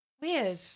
Weird